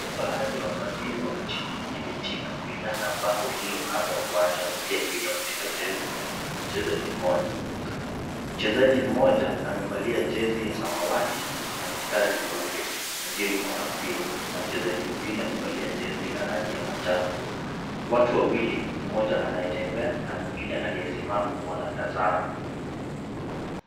Baadhi ya wafadhili wa mechi hii ni Betika kulingana na bango lililo kando ya uwanja na pia lililo katika jezi la mchezaji mmoja. Mchezaji mmoja amevalia jezi ya samawati na mistari nyeupe, na ndio yuko na mpira, na mchezaji mwingine amevalia jezi la rangi ya manjano. Watu wawili mmoja anaitembea na mwingine aliyesimama wanatazama.